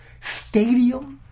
stadium